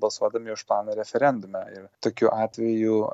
balsuodami už planą referendume ir tokiu atveju